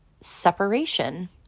separation